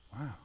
wow